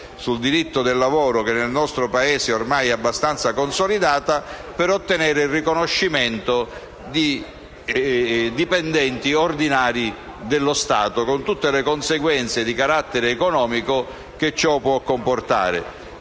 sul diritto del lavoro che ormai è abbastanza consolidata, per ottenere il riconoscimento di dipendenti ordinari dello Stato con tutte le conseguenze di carattere economico che ciò può comportare.